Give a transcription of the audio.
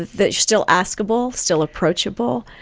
that you're still askable, still approachable,